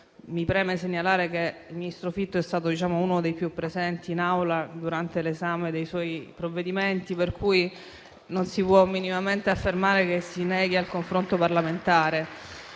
mi preme segnalare che il ministro Fitto è stato uno dei più presenti in Aula durante l'esame dei suoi provvedimenti, per cui non si può minimamente affermare che si neghi al confronto parlamentare.